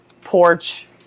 porch